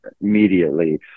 immediately